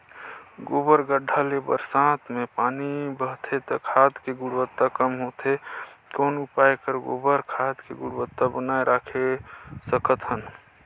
गोबर गढ्ढा ले बरसात मे पानी बहथे त खाद के गुणवत्ता कम होथे कौन उपाय कर गोबर खाद के गुणवत्ता बनाय राखे सकत हन?